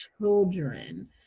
Children